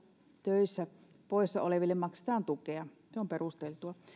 töistä poissaoleville maksetaan tukea se on perusteltua